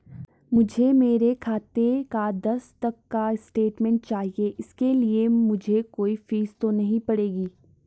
मुझे मेरे खाते का दस तक का स्टेटमेंट चाहिए इसके लिए मुझे कोई फीस तो नहीं पड़ेगी?